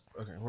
okay